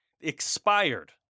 expired